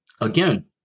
again